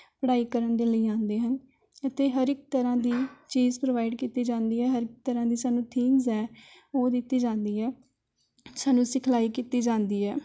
ਪੜ੍ਹਾਈ ਕਰਨ ਦੇ ਲਈ ਆਉਂਦੇ ਹਨ ਇੱਥੇ ਹਰ ਇੱਕ ਤਰ੍ਹਾਂ ਦੀ ਚੀਜ਼ ਪ੍ਰੋਵਾਈਡ ਕੀਤੀ ਜਾਂਦੀ ਹੈ ਹਰ ਇੱਕ ਤਰ੍ਹਾਂ ਦੀ ਸਾਨੂੰ ਥੀਮਜ਼ ਹੈ ਉਹ ਦਿੱਤੀ ਜਾਂਦੀ ਹੈ ਸਾਨੂੰ ਸਿਖਲਾਈ ਕੀਤੀ ਜਾਂਦੀ ਹੈ